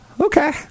Okay